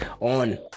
on